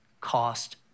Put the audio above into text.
cost